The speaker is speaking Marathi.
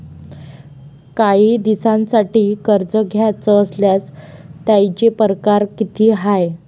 कायी दिसांसाठी कर्ज घ्याचं असल्यास त्यायचे परकार किती हाय?